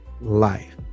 life